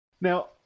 Now